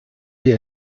wir